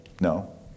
no